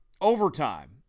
overtime